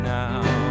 now